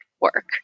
work